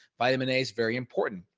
vitamin a is very important.